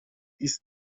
ist